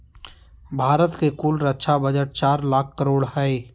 भारत के कुल रक्षा बजट चार लाख करोड़ हय